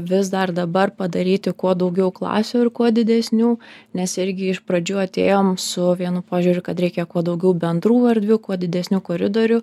vis dar dabar padaryti kuo daugiau klasių ir kuo didesnių nes irgi iš pradžių atėjom su vienu požiūriu kad reikia kuo daugiau bendrų erdvių kuo didesnių koridorių